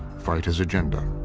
fight his agenda,